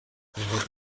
ziva